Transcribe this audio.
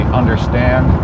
understand